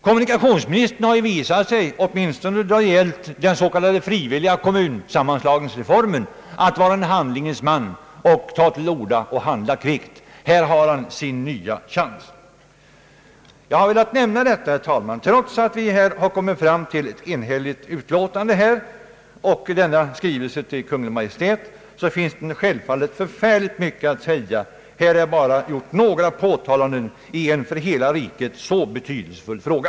Kommunikationsministern har ju visat sig — åtminstone när det gäller den s.k. frivilliga kommunsammanslagningsreformen — som en handlingens man med förmåga att ta till orda och handla kvickt. Här har han sin nya chans. Jag har velat nämna detta. Trots att vi kommit fram till ett enhälligt utlåtande och till denna skrivelse till Kungl. Maj:t, finns det självfallet förfärligt mycket att säga. Här har bara gjorts några påpekanden i en för hela riket så betydelsefull fråga.